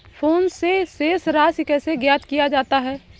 Phone से शेष राशि कैसे ज्ञात किया जाता है?